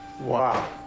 Wow